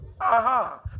Aha